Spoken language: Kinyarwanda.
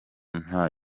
nta